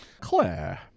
Claire